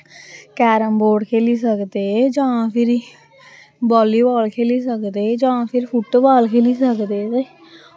carrom board खेली सकदे जां फिरी बाली बाल खेली सकदे जां फ्ही बैट बॉल खेली सकदे ते